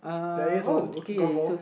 there's one golf ball